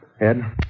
Ed